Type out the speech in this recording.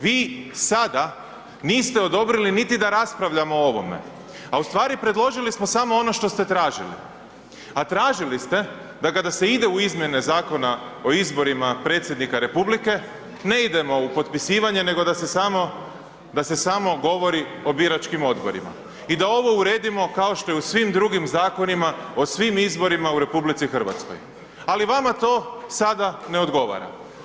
Vi sada niste odobrili niti da raspravljamo o ovome, a u stvari preložili smo samo ono što ste tražili, a tražili ste da kada se ide u izmjene Zakona o izborima predsjednika republike ne idemo u potpisivanje nego da se samo, da se samo govori o biračkim odborima i da ovo uredimo kao što je u svim drugim zakonima o svim izborima u RH, ali vama to sada ne odgovara.